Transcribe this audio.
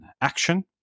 action